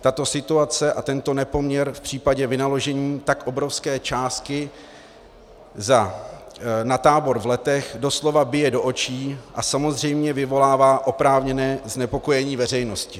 Tato situace a tento nepoměr v případě vynaložení tak obrovské částky na tábor v Letech doslova bije do očí a samozřejmě vyvolává oprávněné znepokojení veřejnosti.